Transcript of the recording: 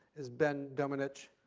is ben domenech,